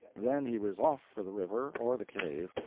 then he was off for the river or the cave,